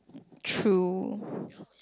true